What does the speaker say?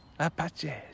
Apache